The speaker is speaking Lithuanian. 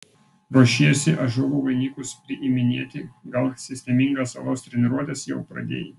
ruošiesi ąžuolų vainikus priiminėti gal sistemingas alaus treniruotes jau pradėjai